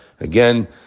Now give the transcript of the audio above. Again